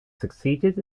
succeeded